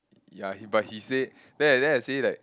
ya he but he say then I then I say like